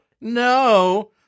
no